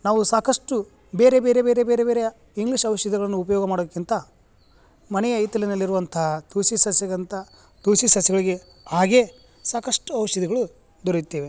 ನಾವು ಸಾಕಷ್ಟು ಬೇರೆ ಬೇರೆ ಬೇರೆ ಬೇರೆ ಬೇರೆಯ ಇಂಗ್ಲೀಷ್ ಔಷಧಗಳನ್ನು ಉಪಯೋಗ ಮಾಡೋಕ್ಕಿಂತ ಮನೆಯ ಹಿತ್ತಲಿನಲ್ಲಿರುವಂತಹ ತುಳಸಿ ಸಸ್ಯಗಂತ ತುಳಸಿ ಸಸ್ಯಗಳಿಗೆ ಹಾಗೆ ಸಾಕಷ್ಟು ಔಷಧಿಗಳು ದೊರೆಯುತ್ತವೆ